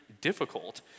difficult